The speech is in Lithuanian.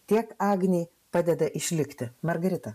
tiek agnei padeda išlikti margarita